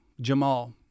Jamal